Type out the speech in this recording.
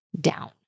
down